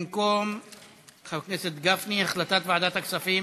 במקום חבר הכנסת גפני, החלטת ועדת הכספים